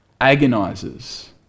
agonizes